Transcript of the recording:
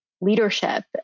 leadership